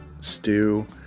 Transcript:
stew